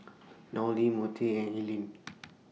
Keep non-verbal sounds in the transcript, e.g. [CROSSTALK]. Nolie Montie and Ellyn [NOISE]